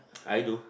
I do